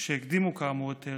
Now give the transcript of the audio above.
שהקדימו כאמור את הרצל,